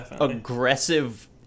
aggressive